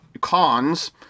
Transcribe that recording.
cons